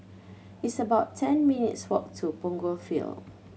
it's about ten minutes' walk to Punggol Field